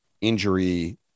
injury